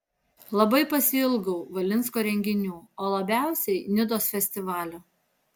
labai pasiilgau valinsko renginių o labiausiai nidos festivalio